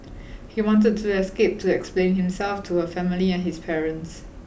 he wanted to escape to explain himself to her family and his parents